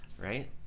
right